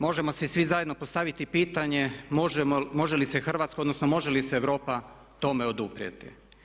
Možemo si svi zajedno postaviti pitanje može li se Hrvatska odnosno može li se Europa tome oduprijeti?